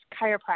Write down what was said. chiropractor